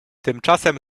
tymczasem